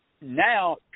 Now